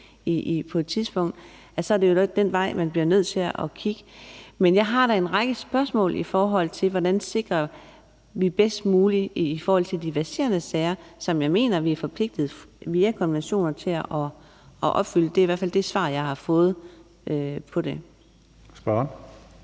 på et tidspunkt, kommer, at så er det den vej, man bliver nødt til at kigge. Men jeg har da en række spørgsmål om, hvordan vi bedst muligt sikrer det i forhold til de verserende sager, som jeg mener vi er forpligtet til at få mere information om – det er i hvert fald det svar, jeg har fået om det. Kl.